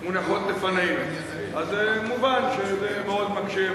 מונחות לפנינו, אז מובן שזה מאוד מקשה.